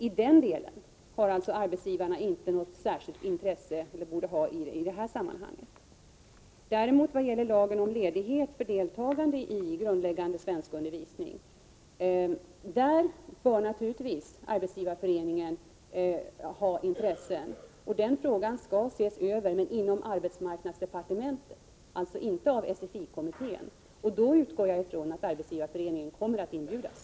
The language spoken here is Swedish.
I den delen borde alltså arbetsgivarna inte ha något särskilt intresse i detta sammanhang. Däremot bör naturligtvis Arbetsgivareföreningen ha vissa intressen vad gäller lagen om ledighet för deltagande i grundläggande svenskundervisning. Den frågan skall också ses över, men inom arbetsmarknadsdepartementet och inte av SFI-kommittén. Jag utgår från att Arbetsgivareföreningen då kommer att inbjudas.